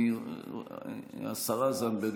השרה זנדברג,